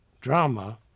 drama